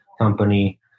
company